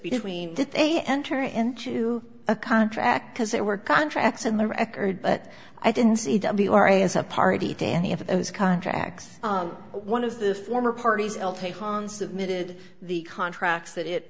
between did they enter into a contract because they were contracts in the record but i didn't see w r a is a party to any of those contracts one of the former parties on submitted the contracts that it